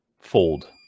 fold